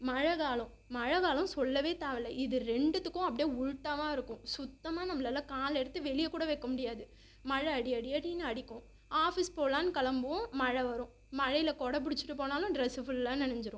மழை காலம் மழை காலம் சொல்லவே தேவைல்ல இது ரெண்டுத்துக்கும் அப்டி உள்ட்டாவாக இருக்கும் சுத்தமாக நம்மளால கால எடுத்து வெளியக்கூட வைக்க முடியாது மழை அடி அடி அடின்னு அடிக்கும் ஆஃபீஸ் போகலான்னு கிளம்புவோம் மமழைழ வரும் மழையில் கொடை பிடிச்சிட்டு போனாலும் ட்ரெஸ்ஸு ஃபுல்லா நெனஞ்சிரும்